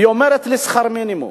והיא אומרת לי: שכר מינימום.